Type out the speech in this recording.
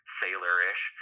sailor-ish